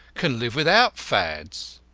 can live without fads.